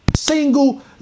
single